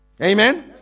Amen